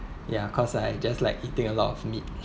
ya cause I just like eating a lot of meat